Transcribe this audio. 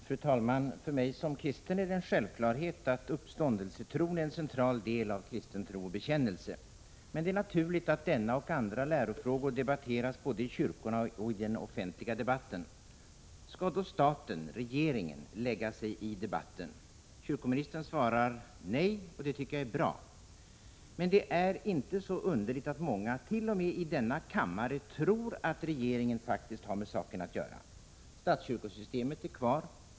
Fru talman! För mig som kristen är det en självklarhet att uppståndelsetron är en central del av kristen tro och bekännelse. Men det är naturligt att denna och andra lärofrågor diskuteras i kyrkorna och i den offentliga debatten. Skall då staten — regeringen — lägga sig i denna debatt? Kyrkoministern svarar nej, och det tycker jag är bra. Men det är inte så underligt att många —t.o.m. i denna kammare — tror att regeringen faktiskt har med saken att göra. Statskyrkosystemet är kvar.